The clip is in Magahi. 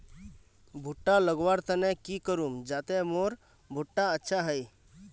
भुट्टा लगवार तने की करूम जाते मोर भुट्टा अच्छा हाई?